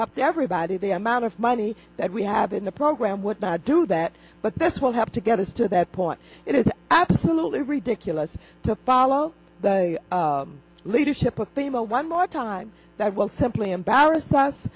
have to everybody the amount of money that we have in the program would not do that but this will have to get us to that point it is absolutely ridiculous to follow the leadership of people one more time that will simply embarrass